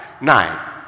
Nine